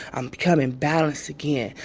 i'm becoming balanced again.